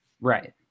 right